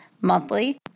monthly